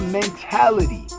mentality